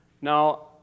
Now